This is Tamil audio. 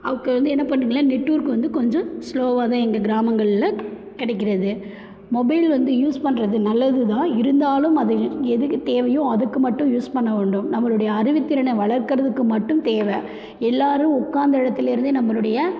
அவக்க வந்து என்ன பண்ணுவங்களா நெட்ஒர்க் வந்து கொஞ்சம் ஸ்லோவாக தான் எங்கள் கிராமங்களில் கிடைக்கிறது மொபைல் வந்து யூஸ் பண்ணுறது நல்லது தான் இருந்தாலும் அது எதுக்கு தேவையோ அதுக்கு மட்டும் யூஸ் பண்ணிண வேண்டும் நம்முளுடைய அறிவுத்திறனை வளர்க்குறதுக்கு மட்டும் தேவை எல்லோரும் உட்காந்த இடத்துல இருந்தே நம்மளுடைய